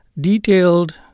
detailed